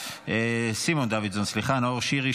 נאור שירי,